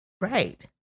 Right